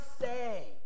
say